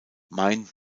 mein